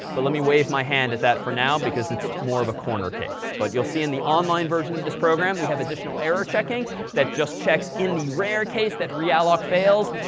but let me wave my hand at that for now because it's more of a corner case. but you'll see in the online version of this program we have additional error checking that just checks, in the rare case that realloc fails,